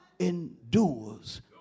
endures